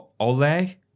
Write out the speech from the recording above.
Ole